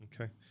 Okay